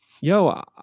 yo